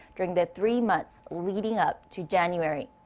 during the three months leading up to january.